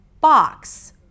box